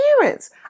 parents